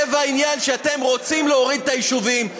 לב העניין זה שאתם רוצים להוריד את היישובים,